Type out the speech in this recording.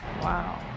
Wow